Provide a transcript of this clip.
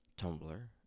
Tumblr